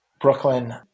Brooklyn